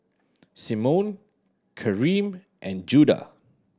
Simone Karyme and Judah